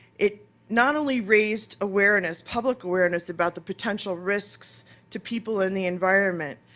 it not only raised awareness, public awareness about the potential risks to people in the environment,